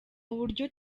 uburyo